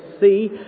see